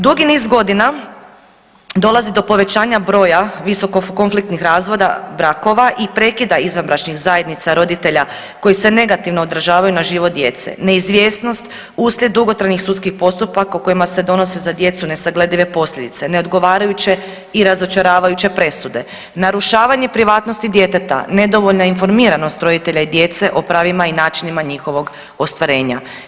Dugi niz godina dolazi do povećanja broja visoko konfliktnih razvoda brakova i prekida izvanbračnih zajednica roditelja koji se negativno odražavaju na život djece, neizvjesnost uslijed dugotrajnih sudskih postupaka u kojima se donose za djecu nesagledive posljedice, neodgovarajuće i razočaravajuće presude, narušavanje privatnosti djeteta, nedovoljna informiranost roditelja i djece o pravima i načinima njihovog ostvarenja.